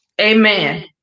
Amen